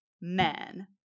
men